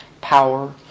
power